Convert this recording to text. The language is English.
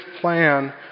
plan